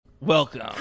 Welcome